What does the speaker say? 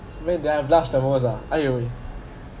when did I have blushed the most ah !aiyo! eh